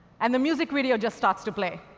and the music video just starts to play,